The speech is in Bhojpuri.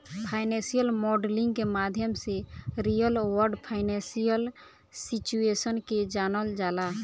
फाइनेंशियल मॉडलिंग के माध्यम से रियल वर्ल्ड फाइनेंशियल सिचुएशन के जानल जाला